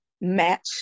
match